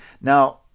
Now